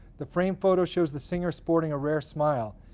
the framed photo shows the singer sporting a rare smile.